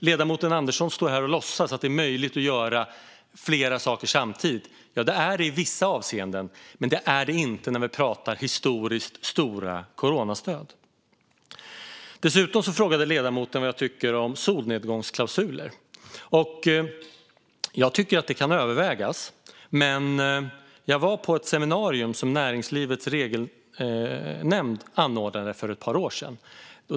Ledamoten Andersson står här och låtsas att det är möjligt att göra flera saker samtidigt. Det är det i vissa avseenden men inte när vi pratar om historiskt stora coronastöd. Dessutom frågade ledamoten vad jag tycker om solnedgångsklausuler. Jag tycker att de kan övervägas. Men jag var på ett seminarium som Näringslivets Regelnämnd anordnade för ett par år sedan.